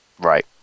Right